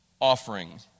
offering